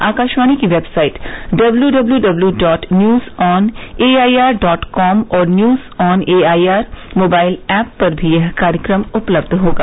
आकाशवाणी की website news on A I R dot com और news on A I R mobile app पर भी यह कार्यक्रम उपलब्ध होगा